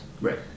right